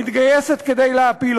מתגייסת כדי להפיל.